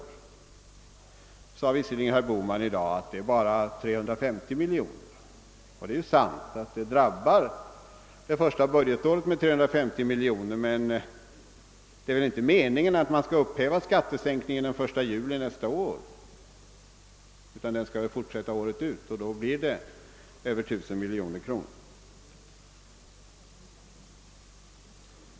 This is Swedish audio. Herr Bohman sade visserligen i dag att det bara är fråga om 350 miljoner, och det är ju sant att det drabbar det första budgetåret med 350 miljoner kronor, men det är väl inte meningen att man skall upphäva skattesänkningen den 1 juli nästa år utan den skall ju fortsätta året ut och då blir det fråga om över 1000 miljoner kro nor.